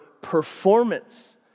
performance